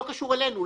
בלי קשר אלינו,